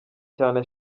cyane